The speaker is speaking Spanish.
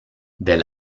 del